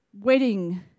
wedding